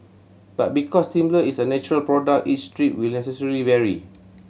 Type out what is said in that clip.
but because timber is a natural product each strip will necessarily vary